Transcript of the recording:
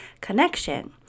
connection